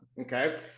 okay